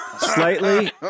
slightly